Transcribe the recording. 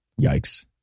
Yikes